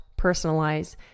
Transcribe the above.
personalize